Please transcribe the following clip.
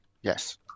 Yes